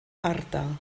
ardal